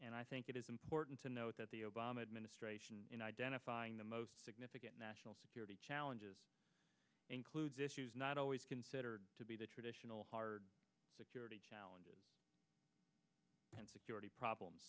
i think it is important to note that the obama administration in identifying the most significant national security challenges includes issues not always considered to be the traditional hard security challenges and security problems